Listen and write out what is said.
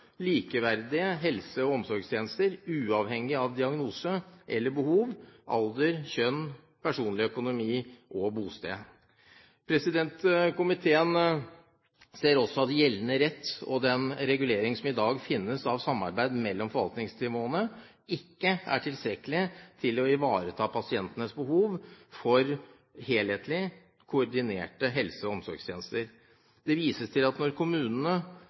likeverdige helse- og omsorgstjenester, uavhengig av diagnose eller behov, alder, kjønn, personlig økonomi og bosted. Komiteen ser også at gjeldende rett og den regulering som i dag finnes av samarbeid mellom forvaltningsnivåene, ikke er tilstrekkelig til å ivareta pasientenes behov for helhetlige og koordinerte helse- og omsorgstjenester. Det vises til at når